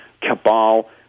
cabal